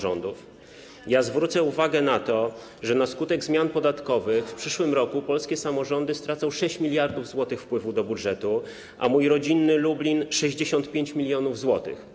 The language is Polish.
Zwrócę uwagę na to, że na skutek zmian podatkowych w przyszłym roku polskie samorządy stracą 6 mld zł wpływów do budżetów, a mój rodzinny Lublin - 65 mln zł.